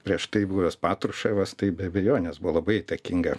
prieš tai buvęs patruševas tai be abejonės buvo labai įtakinga